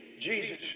Jesus